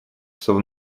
часов